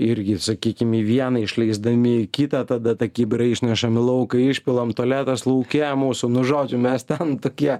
irgi sakykim į vieną išleisdami į kitą tada tą kibirą išnešam į lauką išpilam tualetas lauke mūsų nu žodžiu mes ten tokie